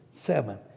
seven